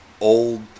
old